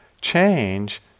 change